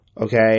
Okay